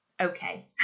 okay